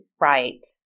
Right